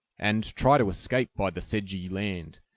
and try to escape by the sedgy land,